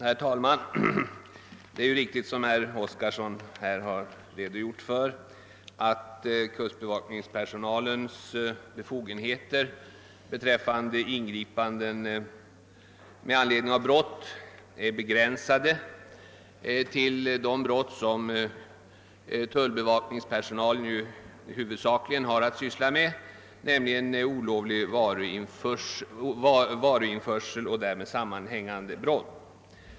Herr talman! Det är riktigt, som herr Oskarson här har framhållit, att kustbevakningspersonalens befogenheter beträffande ingripanden med anledning av brott är begränsade till de brott som tullbevakningspersonalen = huvudsakligen har att syssla med, nämligen olovlig varuinförsel och därmed sammanhängande brott.